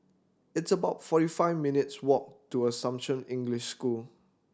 it's about forty five minutes' walk to Assumption English School